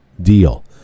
deal